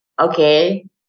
okay